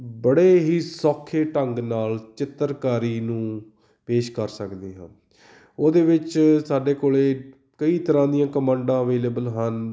ਬੜੇ ਹੀ ਸੌਖੇ ਢੰਗ ਨਾਲ ਚਿੱਤਰਕਾਰੀ ਨੂੰ ਪੇਸ਼ ਕਰ ਸਕਦੇ ਹਾਂ ਉਹਦੇ ਵਿੱਚ ਸਾਡੇ ਕੋਲ ਕਈ ਤਰ੍ਹਾਂ ਦੀਆਂ ਕਮਾਂਡਾਂ ਅਵੇਲੇਬਲ ਹਨ